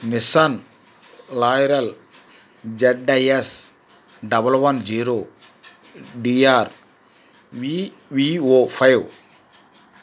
machine లాయరల్ Z I S double one zero D R V V O five